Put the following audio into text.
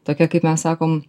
tokia kaip mes sakom